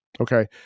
Okay